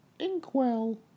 inkwell